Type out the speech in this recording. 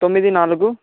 తొమ్మిది నాలుగు